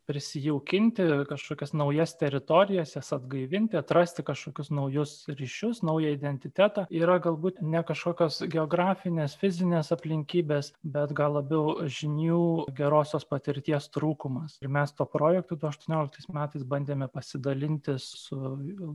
prisijaukinti kažkokias naujas teritorijas jas atgaivinti atrasti kažkokius naujus ryšius naują identitetą yra galbūt ne kažkokios geografinės fizinės aplinkybės bet gal labiau žinių gerosios patirties trūkumas ir mes to projektu aštuonioliktais metais bandėme pasidalinti su